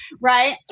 right